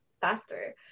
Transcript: faster